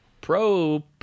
pro